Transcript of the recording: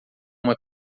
uma